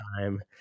time